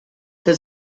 the